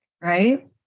right